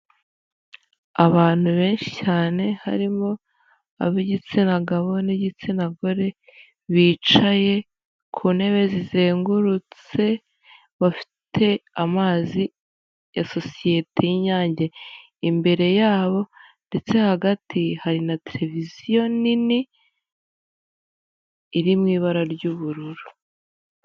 Abantu benshi cyane harimo ab'igitsina gabo n'igitsina gore bicaye ku ntebe zizengurutse, bafite amazi ya sosiyete y'inyange imbere yabo ndetse hagati hari na televiziyo nini iri mu ibara ry'ubururu.